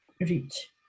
reach